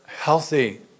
healthy